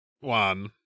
one